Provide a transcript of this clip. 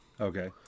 Okay